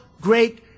great